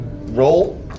roll